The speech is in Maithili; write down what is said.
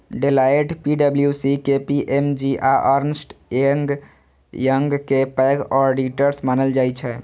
डेलॉएट, पी.डब्ल्यू.सी, के.पी.एम.जी आ अर्न्स्ट एंड यंग कें पैघ ऑडिटर्स मानल जाइ छै